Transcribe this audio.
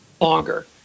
longer